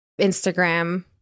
Instagram